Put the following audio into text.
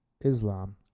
Islam